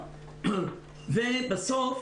בסוף